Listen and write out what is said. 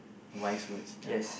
the wise words ya